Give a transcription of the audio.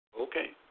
okay